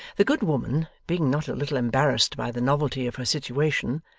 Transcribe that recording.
the good woman, being not a little embarrassed by the novelty of her situation,